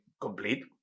complete